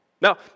Now